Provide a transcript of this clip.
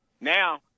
Now